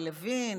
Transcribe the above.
ללוין,